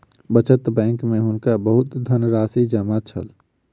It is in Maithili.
बचत बैंक में हुनका बहुत धनराशि जमा छल